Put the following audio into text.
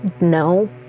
no